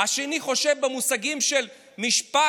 השני חושב במושגים של משפט,